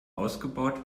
ausgebaut